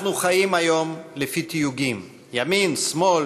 אנחנו חיים היום לפי תיוגים: ימין, שמאל,